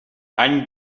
any